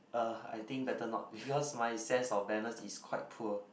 uh I think better not because my sense of balance is quite poor